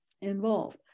involved